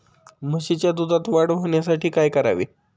म्हशीच्या दुधात वाढ होण्यासाठी काय करावे?